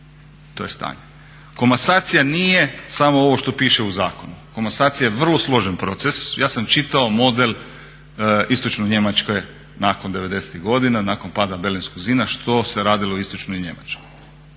to je stanje. Komasacija nije samo ovo što piše u zakonu. Komasacija je vrlo složen proces. Ja sam čitao model istočne Njemačke nakon devedesetih godina, nakon pada Berlinskog zida što se radilo u istočnoj Njemačkoj.